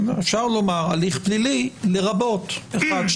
אפשר לומר: הליך פלילי לרבות אחד,